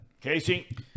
Casey